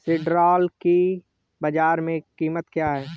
सिल्ड्राल की बाजार में कीमत क्या है?